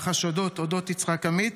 החשדות על אודות יצחק עמית.